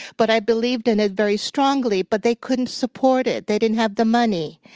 but i believed in it very strongly. but they couldn't support it. they didn't have the money.